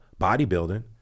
bodybuilding